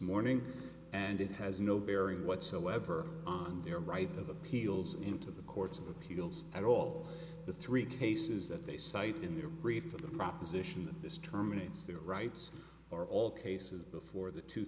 morning and it has no bearing whatsoever on their right of appeals into the courts of appeals at all the three cases that they cite in the brief of the proposition this terminates their rights are all cases before the two